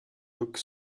looks